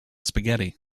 spaghetti